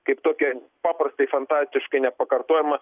kaip tokią paprastai fantastiškai nepakartojamą